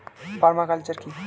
Parma culture কি?